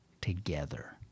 together